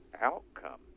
outcome